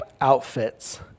outfits